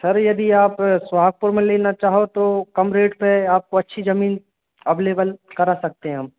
sir यदि आप सोहागपुर में लेना चाहो तो कम रेट पर आपको अच्छी ज़मीन अवेलेबल करा सकते हैं हम